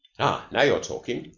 ah, now you're talking.